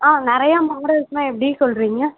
ஆ நிறைய மாடல்ஸ்லாம் எப்படி சொல்கிறீங்க